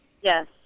Yes